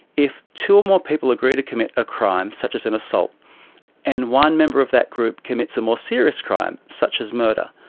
if two or more people agree to commit a crime such as an assault and one member of that group commits a more serious crime such as murder,